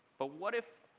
but what if,